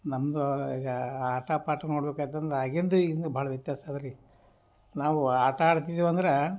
ನಮ್ಮದು ಈಗ ಆಟ ಪಾಠ ನೋಡ್ಬೇಕು ಆಯ್ತಂದ್ರೆ ಆಗಿಂದು ಈಗಿಂದು ಭಾಳ ವ್ಯತ್ಯಾಸ ಅದ ರೀ ನಾವು ಆಟ ಆಡ್ತಿದೀವಿ ಅಂದ್ರೆ